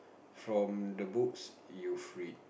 from the books you've read